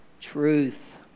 truth